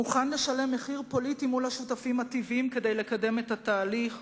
מוכן לשלם מחיר פוליטי מול השותפים הטבעיים כדי לקדם את התהליך,